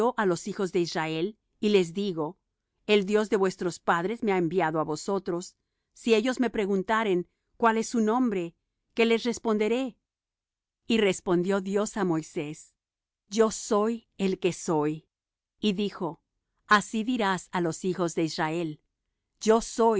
á los hijos de israel y les digo el dios de vuestros padres me ha enviado á vosotros si ellos me preguntaren cuál es su nombre qué les responderé y respondió dios á moisés yo soy el que soy y dijo así dirás á los hijos de israel yo soy